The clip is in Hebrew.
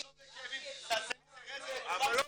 מבין